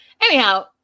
Anyhow